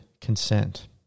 consent